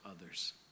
others